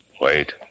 Wait